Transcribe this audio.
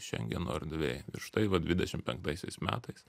šengeno erdvėj ir štai va dvidešim penktaisiais metais